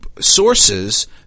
sources